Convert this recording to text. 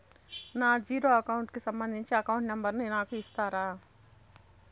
నా zero account కి సంబంధించి అకౌంట్ నెంబర్ ను నాకు ఇస్తారా